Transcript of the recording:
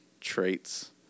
traits